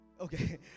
okay